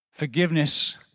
Forgiveness